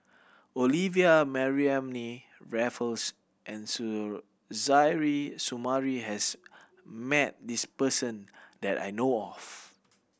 Olivia Mariamne Raffles and Suzairhe Sumari has met this person that I know of